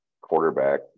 quarterback